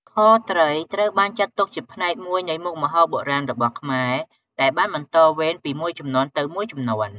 ខត្រីត្រូវបានចាត់ទុកជាផ្នែកមួយនៃមុខម្ហូបបុរាណរបស់ខ្មែរ ដែលបានបន្តវេនពីមួយជំនាន់ទៅមួយជំនាន់។